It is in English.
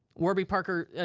warby parker,